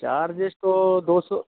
charges तो दो सौ